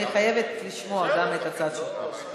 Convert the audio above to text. אני חייבת לשמוע גם את הצד שלך.